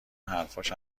حرفاش